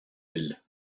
ile